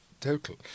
total